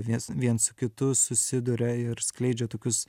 vies viens kitu susiduria ir skleidžia tokius